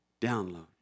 download